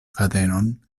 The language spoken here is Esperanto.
fadenon